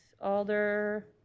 Alder